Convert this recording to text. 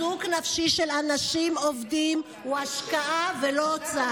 לא, היא לא רוצה